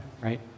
right